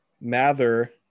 Mather